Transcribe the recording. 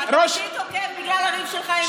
אתה תוקף אותי בגלל הריב שלך עם יש עתיד?